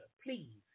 please